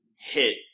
hit